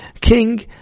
King